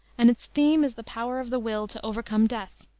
and its theme is the power of the will to overcome death.